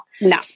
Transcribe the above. no